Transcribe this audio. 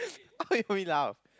why you make me laugh